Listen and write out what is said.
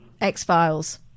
X-Files